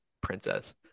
princess